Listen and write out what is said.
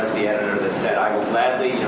that said, i will gladly,